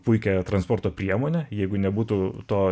puikią transporto priemonę jeigu nebūtų to